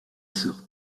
sœur